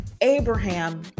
Abraham